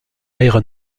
iron